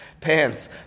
pants